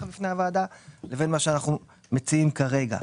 בפני הוועדה לבין מה שאנחנו מציעים כרגע.